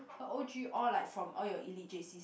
her O_G all like from all your elite J_Cs